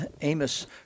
Amos